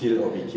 kill or be kill